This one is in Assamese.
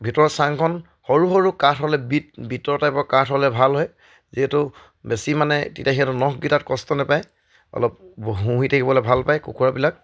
ভিতৰৰ চাংখন সৰু সৰু কাঠ হ'লে বিট বিতৰ টাইপৰ কাঠ হ'লে ভাল হয় যিহেতু বেছি মানে তেতিয়া সিহঁতৰ নখগিটাত কষ্ট নেপায় অলপ থাকিবলৈ ভাল পায় কুকুৰাবিলাক